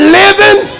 living